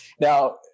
Now